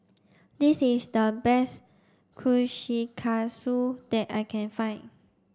this is the best Kushikatsu that I can find